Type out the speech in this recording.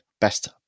best